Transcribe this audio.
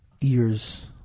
ears